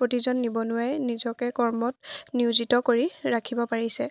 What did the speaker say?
প্ৰতিজন নিবনুৱাই নিজকে কৰ্মত নিয়োজিত কৰি ৰাখিব পাৰিছে